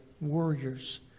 warriors